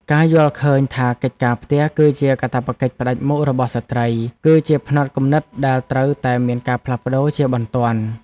ការយល់ឃើញថាកិច្ចការផ្ទះគឺជាកាតព្វកិច្ចផ្តាច់មុខរបស់ស្ត្រី គឺជាផ្នត់គំនិតដែលត្រូវតែមានការផ្លាស់ប្តូរជាបន្ទាន់។